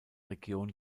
region